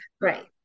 right